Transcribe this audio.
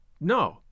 no